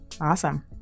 Awesome